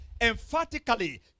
emphatically